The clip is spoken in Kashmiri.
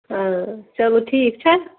آ چلو ٹھیٖک چھا